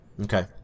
okay